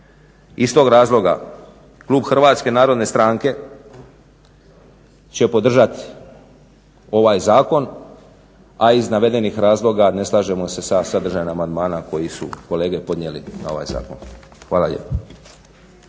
tog razloga klub HNS-a će podržati ovaj zakon, a iz navedenih razloga ne slažemo se sa sadržajem amandmana koji su kolege podnijeli na ovaj zakon. Hvala lijepo.